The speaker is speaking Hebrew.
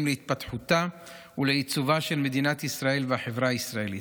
להתפתחותה ולעיצובה של מדינת ישראל והחברה הישראלית.